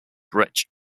bridge